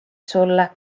sulle